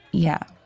yeah.